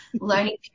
learning